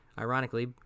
Ironically